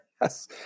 Yes